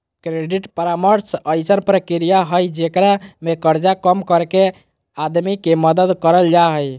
credit परामर्श अइसन प्रक्रिया हइ जेकरा में कर्जा कम करके आदमी के मदद करल जा हइ